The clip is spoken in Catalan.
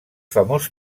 famós